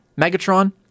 Megatron